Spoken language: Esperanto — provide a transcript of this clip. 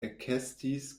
ekestis